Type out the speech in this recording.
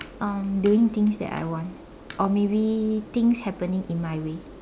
um doing things that I want or maybe things happening in my way